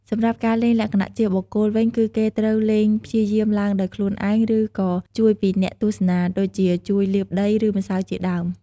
សម្រាប់់ការលេងលក្ខណៈជាបុគ្គលវិញ គឺគេត្រូវលេងព្យាយាមឡើងដោយខ្លួនឯង ឬក៏ជួយពីអ្នកទស្សនា ដូចជាជួយលាបដីឬម្រៅជាដើម។